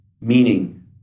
meaning